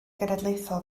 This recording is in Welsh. genedlaethol